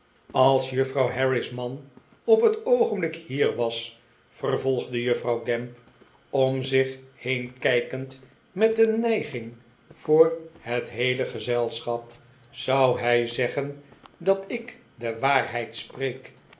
als juffrouw harris man op het oogenblik hier was vervolgde juffrouw gamp om zich heen kijkend met een nijging voor het heele gezelschap zou hij zeggen dat ik de waarheid spreek